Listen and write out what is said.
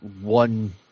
one